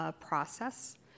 process